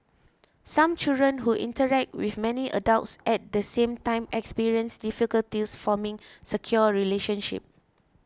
some children who interact with many adults at the same time experience difficulties forming secure relationships